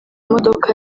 modoka